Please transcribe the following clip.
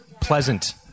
Pleasant